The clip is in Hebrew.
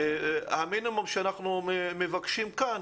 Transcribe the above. אבל המינימום שאנחנו מבקשים כאן,